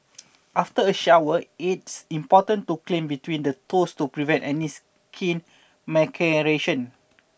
after a shower it's important to clean between the toes to prevent any skin maceration